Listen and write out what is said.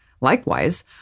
Likewise